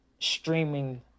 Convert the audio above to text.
streaming